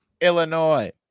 Illinois